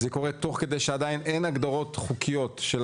זה קורה תוך כדי שעדיין אין הגדרות חוקיות של